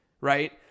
Right